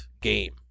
game